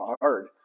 hard